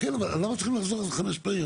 כן, אבל למה צריכים לחזור על זה חמש פעמים.